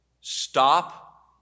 Stop